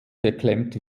geklemmt